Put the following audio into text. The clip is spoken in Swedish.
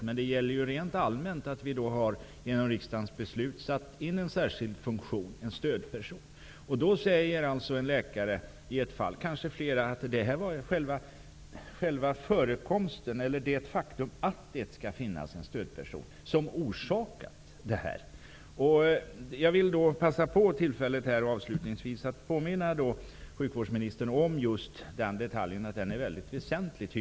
Men rent allmänt gäller ju att vi genom riksdagens beslut har satt in en särskild funktion i form av en stödperson. En läkare säger i ett fall, och kanske gäller det flera fall, att det faktum att det skall finnas en stödperson är det som orsakat att det blivit så här. Avslutningsvis vill jag ta tillfället i akt och påminna sjukvårdsministern om denna detalj, som tydligen är väldigt väsentlig.